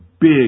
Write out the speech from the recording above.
big